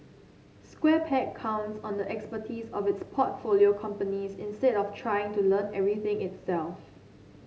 Square Peg counts on the expertise of its portfolio companies instead of trying to learn everything itself